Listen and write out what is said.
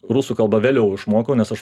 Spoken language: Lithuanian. rusų kalba vėliau išmokau nes aš